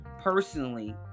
personally